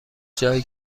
جایی